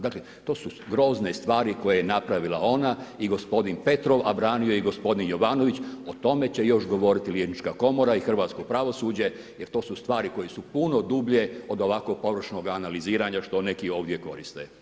Dakle to su grozne stvari koje je napravila ona i gospodin Petrov a branio ju je i gospodin Jovanović, o tome će još govoriti liječnička komora i hrvatsko pravosuđe jer to su stvari koje su puno dublje od ovakvog površnoga analiziranja što neki ovdje koriste.